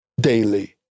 daily